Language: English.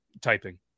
typing